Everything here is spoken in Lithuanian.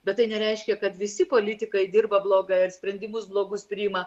bet tai nereiškia kad visi politikai dirba blogai ar sprendimus blogus priima